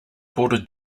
border